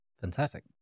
fantastic